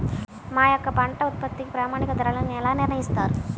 మా యొక్క పంట ఉత్పత్తికి ప్రామాణిక ధరలను ఎలా నిర్ణయిస్తారు?